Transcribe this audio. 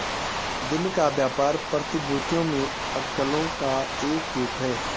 दिन का व्यापार प्रतिभूतियों में अटकलों का एक रूप है